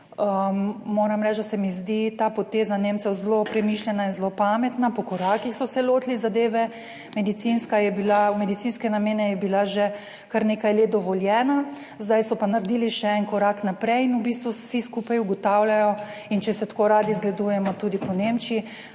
Moram reči, da se mi zdi ta poteza Nemcev zelo premišljena in zelo pametna. Po korakih so se lotili zadeve, v medicinske namene je bila že kar nekaj let dovoljena, zdaj so pa naredili še en korak naprej. In v bistvu vsi skupaj ugotavljajo in če se tako radi zgledujemo tudi po Nemčiji,